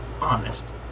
honest